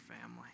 family